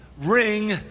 ring